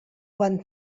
quan